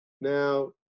Now